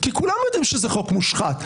כי כולם יודעים שזה חוק מושחת.